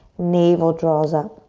navel draws up.